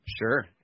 Sure